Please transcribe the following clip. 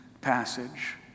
passage